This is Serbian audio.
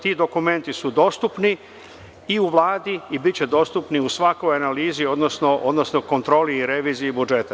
Ti dokumenti su dostupni i u Vladi i biće dostupni u svakoj analizi, odnosno kontroli i reviziji budžeta.